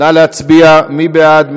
נא להצביע/ מי בעד.